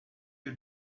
you